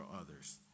others